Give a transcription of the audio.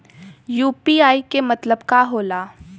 UPI के मतलब का होला?